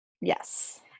Yes